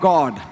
God